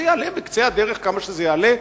זה יעלה בקצה הדרך כמה שזה יעלה.